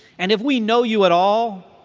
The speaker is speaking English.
and if we know you at all,